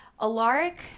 Alaric